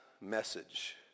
message